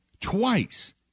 Twice